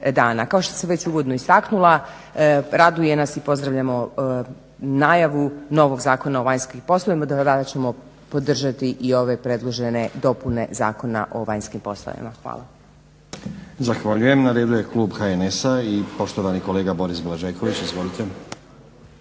Kao što sam već uvodno istaknula raduje nas i pozdravljamo najavu novog Zakona o vanjskim poslovima, …/Govornik se ne razumije./… ćemo podržati i ove predložene dopune Zakona o vanjskim poslovima. Hvala. **Stazić, Nenad (SDP)** Zahvaljujem. Na redu je Klub HNS-a i poštovani kolega Boris Blažeković. Izvolite.